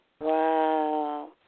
Wow